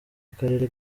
akarere